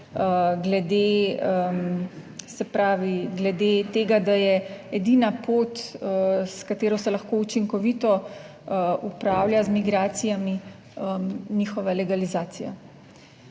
glede tega, da je edina pot s katero se lahko učinkovito upravlja z migracijami njihova legalizacija.